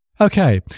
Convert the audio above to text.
Okay